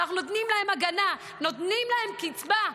כשאנחנו נותנים להן הגנה ונותנים להן קצבה,